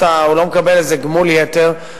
הוא לא מקבל איזה גמול יתר.